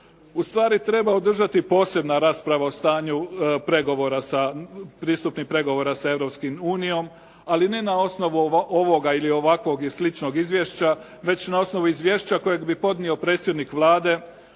u stvari treba održati posebna rasprava o stanju pregovora sa, pristupnih pregovora sa Europskom unijom. Ali ne na osnovu ovoga ili ovakvog i sličnog izvješća već na osnovu izvješća kojeg bi podnio predsjednik Vlade